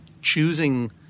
choosing